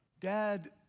Dad